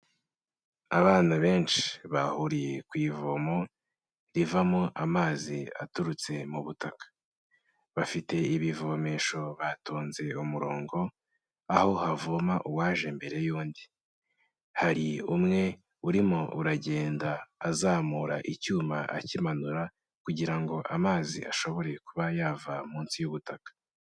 Abana benshi bahuriye ku ivomo rivamo amazi aturutse mu butaka, bafite ibivomesho, batonze umurongo, aho havoma uwaje mbere y'undi, hari umwe urimo uragenda azamura icyuma akimanura kugira ngo amazi ashobore kuba yava munsi y'ubutaka.